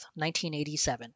1987